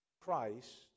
Christ